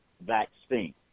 vaccine